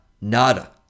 Nada